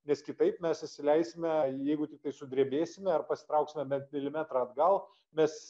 nes kitaip mes įsileisime jeigu tiktai sudrebėsime ar pasitrauksime bet milimetrą atgal mes